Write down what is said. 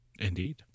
Indeed